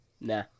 nah